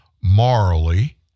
morally